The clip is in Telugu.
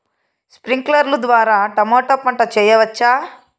స్ప్రింక్లర్లు ద్వారా టమోటా పంట చేయవచ్చా?